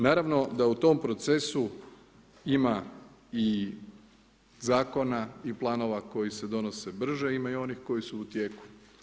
Naravno da u tom procesu ima i zakona i planova koji se donose brže, ima onih koji su u tijeku.